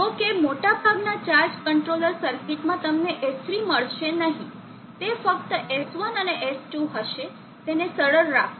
જો કે મોટાભાગના ચાર્જ કંટ્રોલર સર્કિટ્સમાં તમને S3 મળશે નહીં તે ફક્ત S1 અને S2 હશે તેને સરળ રાખો